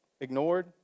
ignored